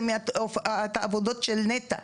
זה מעבודות של נת"ע.